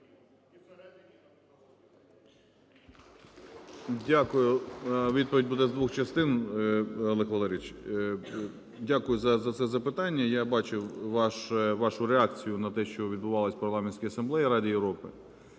Дякую. Відповідь буде з двох частин, Олег Валерійович. Дякую за це запитання, я бачу вашу реакцію на те, що відбувалося в Парламентській асамблеї Ради Європи.